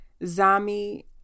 Zami